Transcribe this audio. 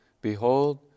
Behold